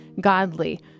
godly